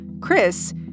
Chris